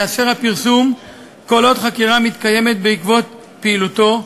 ייאסר הפרסום כל עוד חקירה מתקיימת בעקבות פעילותו,